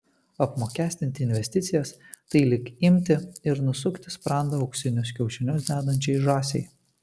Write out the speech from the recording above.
apmokestinti investicijas tai lyg imti ir nusukti sprandą auksinius kiaušinius dedančiai žąsiai